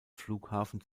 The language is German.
flughafen